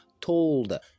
told